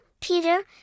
Peter